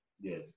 Yes